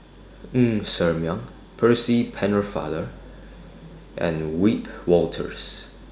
Ng Ser Miang Percy Pennefather and Wiebe Wolters